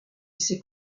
s’est